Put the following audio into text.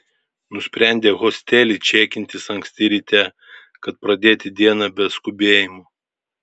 nusprendė hostely čekintis anksti ryte kad pradėti dieną be skubėjimo